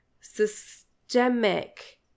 systemic